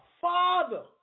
Father